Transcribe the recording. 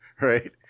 right